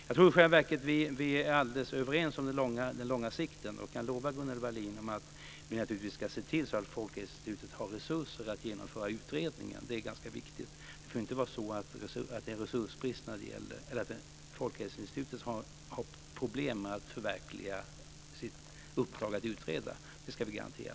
Jag tror i själva verket att vi är alldeles överens om det långsiktiga. Jag kan också lova Gunnel Wallin att vi naturligtvis ska se till att Folkhälsoinstitutet har resurser att genomföra utredningen. Det är ganska viktigt. Det får inte vara så att Folkhälsoinstitutet har problem med att förverkliga sitt uppdrag att utreda. Det ska vi garantera.